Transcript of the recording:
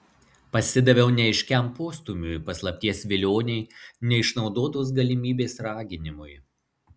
pasidaviau neaiškiam postūmiui paslapties vilionei neišnaudotos galimybės raginimui